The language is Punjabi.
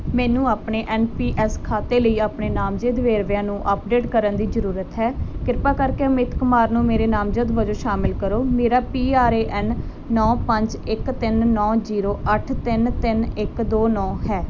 ਮੈਨੂੰ ਆਪਣੇ ਐੱਨ ਪੀ ਐੱਸ ਖਾਤੇ ਲਈ ਆਪਣੇ ਨਾਮਜ਼ਦ ਵੇਰਵਿਆਂ ਨੂੰ ਅੱਪਡੇਟ ਕਰਨ ਦੀ ਜ਼ਰੂਰਤ ਹੈ ਕਿਰਪਾ ਕਰਕੇ ਅਮਿਤ ਕੁਮਾਰ ਨੂੰ ਮੇਰੇ ਨਾਮਜ਼ਦ ਵਜੋਂ ਸ਼ਾਮਲ ਕਰੋ ਮੇਰਾ ਪੀ ਆਰ ਏ ਐੱਨ ਨੌਂ ਪੰਜ ਇੱਕ ਤਿੰਨ ਨੌਂ ਜੀਰੋ ਅੱਠ ਤਿੰਨ ਤਿੰਨ ਇੱਕ ਦੋ ਨੌਂ ਹੈ